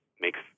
makes